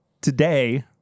today